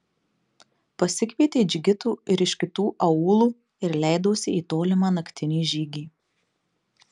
pasikvietė džigitų ir iš kitų aūlų ir leidosi į tolimą naktinį žygį